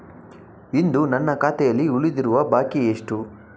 ಇಂದು ನನ್ನ ಖಾತೆಯಲ್ಲಿ ಉಳಿದಿರುವ ಬಾಕಿ ಎಷ್ಟು?